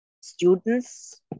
students